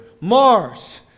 Mars